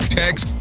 text